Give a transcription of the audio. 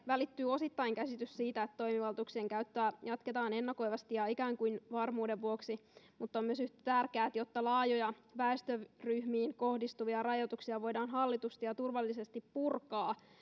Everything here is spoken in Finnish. välittyy osittain käsitys siitä että toimivaltuuksien käyttöä jatketaan ennakoivasti ja ikään kuin varmuuden vuoksi mutta on myös yhtä tärkeää jotta laajoja väestöryhmiin kohdistuvia rajoituksia voidaan hallitusti ja ja turvallisesti purkaa